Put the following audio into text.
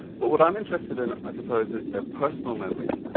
but what i'm interested in i suppose, is their personal memory.